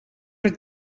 het